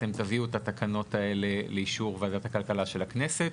אתם תביאו את התקנות האלה לאישור לוועדת הכלכלה של הכנסת,